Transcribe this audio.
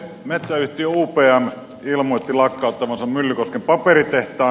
metsäyhtiö upm ilmoitti lakkauttavansa myllykosken paperitehtaan